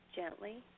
gently